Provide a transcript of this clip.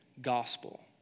gospel